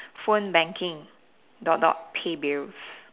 phone banking dot dot pay bills